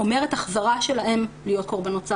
אומרת החזרה שלהן להיות קורבנות סחר,